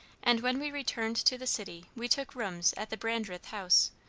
and when we returned to the city we took rooms at the brandreth house,